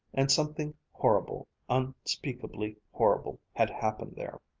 and something horrible, unspeakably horrible had happened there.